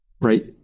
right